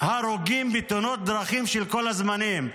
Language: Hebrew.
הרוגים בתאונות דרכים של כל הזמנים.